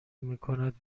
میکند